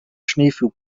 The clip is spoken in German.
schneepflug